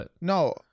No